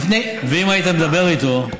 ואם היית מדבר איתו,